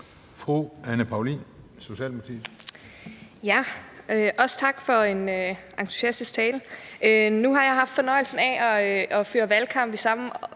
Anne Paulin (S): Jeg vil også takke for en entusiastisk tale. Nu har jeg haft fornøjelsen af at føre valgkamp i samme